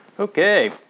Okay